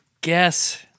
guess